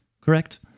correct